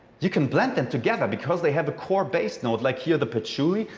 you can blend them together because they have a core base north like here the patchouli.